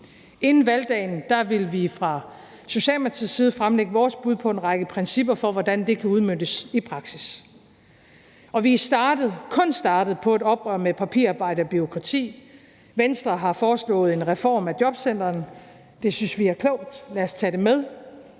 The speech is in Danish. Inden valgdagen vil vi fra Socialdemokratiets side fremlægge vores bud på en række principper for, hvordan det kan udmøntes i praksis. Og vi er startet – kun startet – på et oprør mod papirarbejde og bureaukrati. Venstre har foreslået en reform af jobcentrene. Det synes vi er klogt. Lad os tage det med.